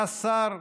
היה שר,